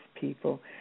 people